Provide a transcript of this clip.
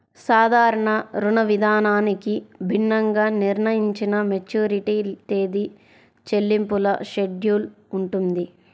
సాధారణ రుణవిధానానికి భిన్నంగా నిర్ణయించిన మెచ్యూరిటీ తేదీ, చెల్లింపుల షెడ్యూల్ ఉంటుంది